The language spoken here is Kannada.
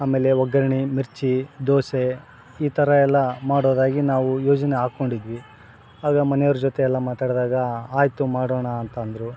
ಆಮೇಲೆ ಒಗ್ಗರ್ಣೆ ಮಿರ್ಚಿ ದೋಸೆ ಈ ಥರ ಎಲ್ಲ ಮಾಡೋದಾಗಿ ನಾವು ಯೋಜನೆ ಹಾಕೊಂಡಿದ್ವಿ ಆಗ ಮನೆಯವ್ರ ಜೊತೆ ಎಲ್ಲ ಮಾತಾಡಿದಾಗ ಆಯಿತು ಮಾಡೋಣ ಅಂತ ಅಂದರು